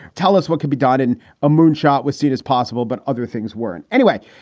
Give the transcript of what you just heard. tell us what can be done in a moon shot was seen as possible, but other things weren't. anyway,